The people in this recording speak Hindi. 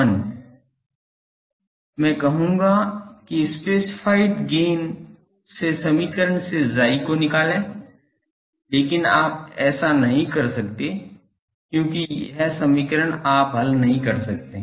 Step1 मैं कहूंगा कि स्पेसिफ़िएड गेन से समीकरण से chi को निकालें लेकिन आप ऐसा नहीं कर सकते क्योंकि यह समीकरण आप हल नहीं कर सकते